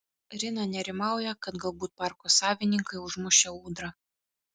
rina nerimauja kad galbūt parko savininkai užmušė ūdrą